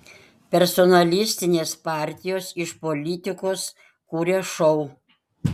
personalistinės partijos iš politikos kuria šou